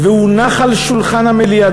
והונח על שולחן המליאה,